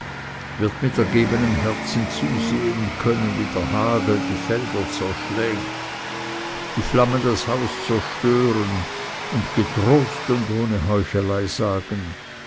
wird mit ergebenem herzen zusehen können wie der hagel die felder zerschlägt die flammen das haus zerstören und getrost und ohne heuchelei sagen